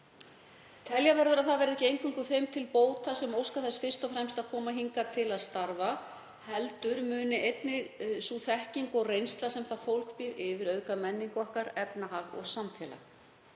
Telja verður að það verði ekki eingöngu þeim til bóta sem óska þess fyrst og fremst að koma hingað til að starfa heldur muni sú þekking og reynsla sem það fólk býr yfir auðga menningu okkar, efnahag og samfélag.